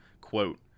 quote